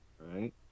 Right